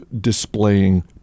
displaying